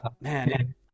man